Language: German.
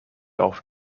auf